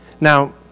Now